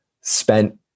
spent